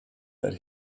that